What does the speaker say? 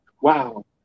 Wow